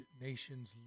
nation's